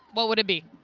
what would it be?